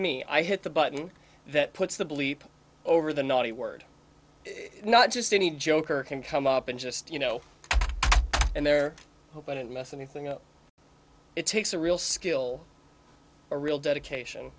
me i hit the button that puts the bleep over the naughty word not just any joker can come up and just you know and their hope i didn't miss anything and it takes a real skill a real dedication